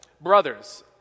Brothers